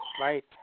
right